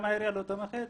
גם העירייה לא תומכת.